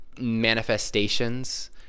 manifestations